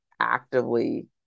actively